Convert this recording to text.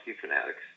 fanatics